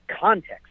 context